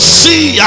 see